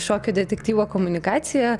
šokio detektyvo komunikacija